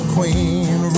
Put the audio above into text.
Queen